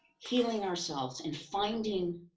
healing ourselves and finding